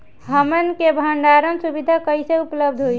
हमन के भंडारण सुविधा कइसे उपलब्ध होई?